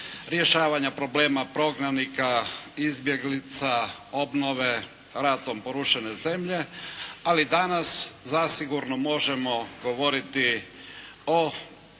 rješavanja problema prognanika, izbjeglica, obnove ratom porušene zemlje. Ali, danas zasigurno možemo govoriti o